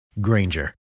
Granger